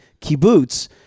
kibbutz